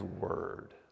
Word